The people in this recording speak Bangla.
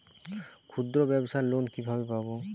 ক্ষুদ্রব্যাবসার লোন কিভাবে পাব?